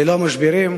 ללא משברים.